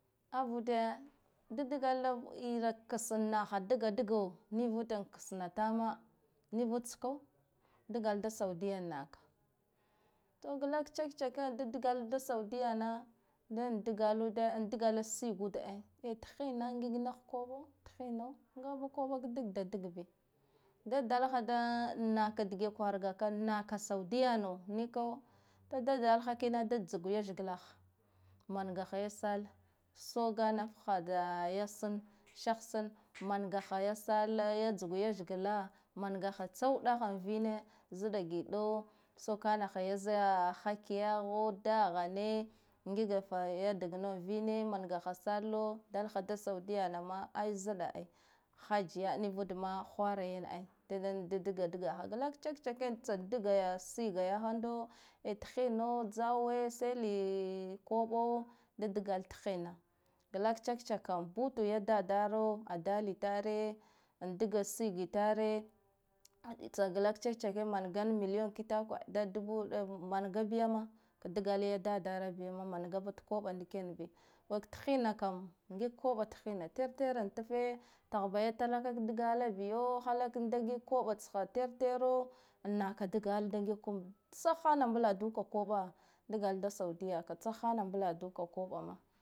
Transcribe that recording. Avude dadgla inakse naha dagadaga nivude ksnatama nivud tska dglada saudiya naka, to gla kchekcheck dadgk ud da sandiya na ndgala uda ndgla siga ude ai an thinna ngih naha koba thinno ngaba koba badagdagbi, da dalaha da naka dige kwargaka naka saudiya no niko da dagala ha kino da tsugwa lethglaha mangha ya sallah, soganafha da ya sam shah san mangaha ya sallah ya tsugwa lethgla manga tsawudache a vine za ɗa giɗa so kana ha ya haqqi yaho dahane ngiga ya dagna vine manga ya sallah dalha da saudiyana ma ai zaɗa ai hajjiya nuvude ma hwara yan ai dadan dadga dagha nak check check tsa diga siga yahando ai tihinna, ghag check check kam butu ya dadaro a dali tare an diga sigi tare tsa glag check checke mangan million kitakwe da dubu wuɗave manga biyama ka dagala ya dadara biya ma ga dadakaba ndik yanbi wek tihinna kam ngiga koɓa tihinna ter tera tafe tah ba ya talaka ka dagala biyo halaka ngiga koba tsha ter tero am naka dagala da ngiga koɓa tsa hana mbladuka koɓa daga lada saudiya ka tsa hana mbuladu ka koɓa ma.